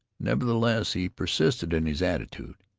nevertheless he persisted in his attitude.